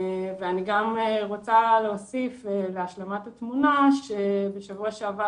אני רוצה להוסיף להשלמת התמונה שבשבוע שעבר